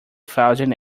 thousand